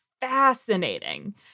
fascinating